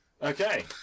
okay